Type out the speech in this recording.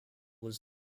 his